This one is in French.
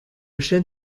chêne